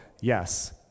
yes